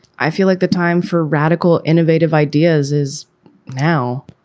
i feel like the time for radical, innovative ideas is now,